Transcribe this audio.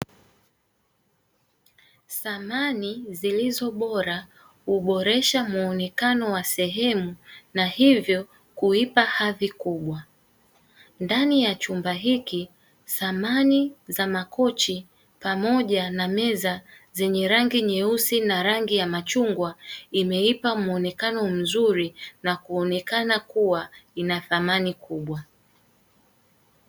Samani zilizo bora huboresha muonekano wa sehemu na hivyo kuipa hadhi kubwa. Ndani ya chumba hiki, samani za makochi pamoja na meza zenye rangi nyeusi na rangi ya machungwa imeipa muonekano mzuri na kuonekana kuwa ina thamani kubwa.